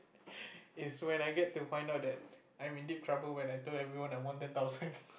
is when I get to find out that I'm in deep trouble when I told everyone that I won ten thousand